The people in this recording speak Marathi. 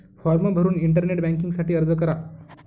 फॉर्म भरून इंटरनेट बँकिंग साठी अर्ज करा